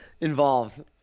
involved